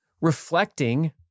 reflecting